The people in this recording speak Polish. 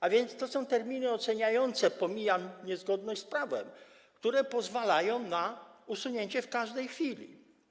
A więc to są terminy oceniające - pomijam niezgodność z prawem - które pozwalają na usunięcie w każdej chwili.